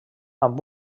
amb